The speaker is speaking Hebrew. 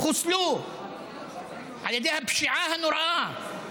חוסלו על ידי הפשיעה הנוראה.